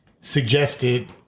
suggested